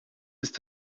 ist